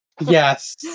Yes